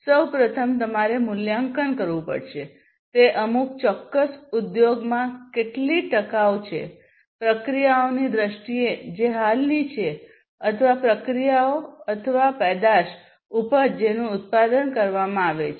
સૌ પ્રથમ તમારે મૂલ્યાંકન કરવું પડશે તે અમુક ચોક્કસ ઉદ્યોગમાં કેટલી ટકાઉ છે પ્રક્રિયાઓની દ્રષ્ટિએ જે હાલની છે અથવા પ્રક્રિયાઓ અથવા પેદાશઊપજ જેનું ઉત્પાદન કરવામાં આવે છે